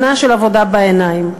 שנה של עבודה בעיניים.